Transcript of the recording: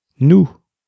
Nous